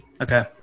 Okay